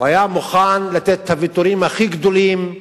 הוא היה מוכן לתת את הוויתורים הכי גדולים.